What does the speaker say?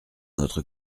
notre